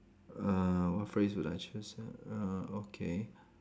uh what phrase would I choose ah uh okay